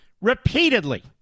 repeatedly